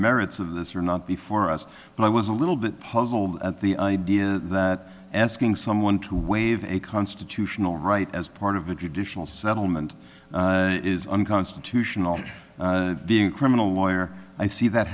merits of this are not before us but i was a little bit puzzled at the idea that asking someone to waive a constitutional right as part of a traditional settlement is unconstitutional being a criminal lawyer i see that